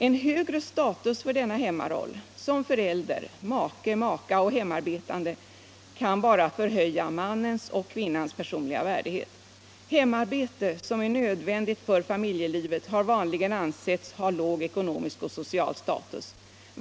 En högre status för denna hemmaroll — som förälder, make/maka och hemarbetande — kan bara förhöja mannens och kvinnans personliga värdighet. Hemarbete som är nödvändigt för familjelivet har vanligen ansetts ha låg ekonomisk och social status.